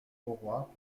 auroi